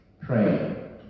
pray